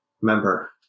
Remember